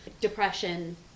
depression